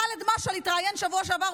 חאלד משעל התראיין בשבוע שעבר,